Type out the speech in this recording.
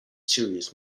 serious